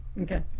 Okay